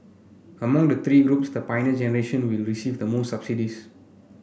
among the three groups the Pioneer Generation will receive the most subsidies